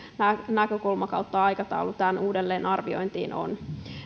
näkökulma tai aikataulu tähän uudelleenarviointiin on